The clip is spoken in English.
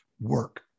work